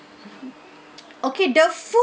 okay the food